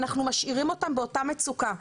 אנחנו משאירים אותם באותה מצוקה,